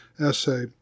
essay